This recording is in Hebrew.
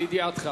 לידיעתך.